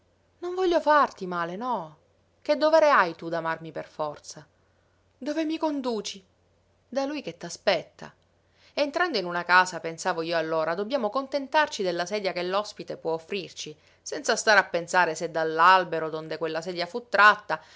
non voglio farti male no che dovere hai tu d'amarmi per forza dove mi conduci da lui che t'aspetta entrando in una casa pensavo io allora dobbiamo contentarci della sedia che l'ospite può offrirci senza stare a pensare se dall'albero donde quella sedia fu tratta